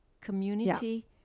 community